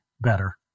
better